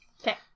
Okay